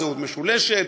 זהות משולשת,